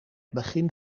begin